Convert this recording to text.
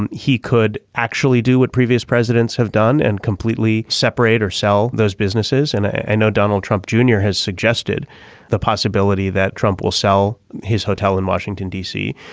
and he could actually do what previous presidents have done and completely separate or sell those businesses and i know donald trump jr. has suggested the possibility that trump will sell his hotel in washington d c.